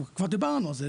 כבר דיברנו על זה,